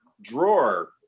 drawer